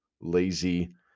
lazy